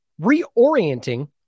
reorienting